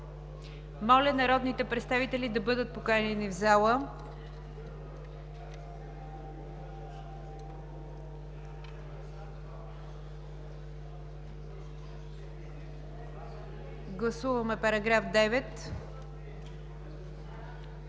Моля народните представители да бъдат поканени в залата. Гласуваме § 9.